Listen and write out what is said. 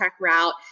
route